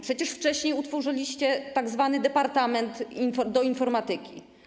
Przecież wcześniej utworzyliście tzw. Departament Informatyki.